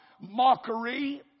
mockery